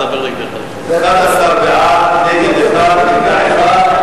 11, נגד, 1, אין נמנעים.